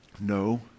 No